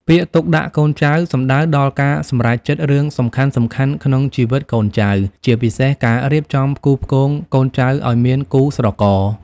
ពាក្យ ទុកដាក់កូនចៅ សំដៅដល់ការសម្រេចចិត្តរឿងសំខាន់ៗក្នុងជីវិតកូនចៅ ជាពិសេសការរៀបចំផ្គូផ្គងកូនចៅឱ្យមានគូស្រករ។